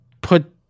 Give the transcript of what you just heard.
put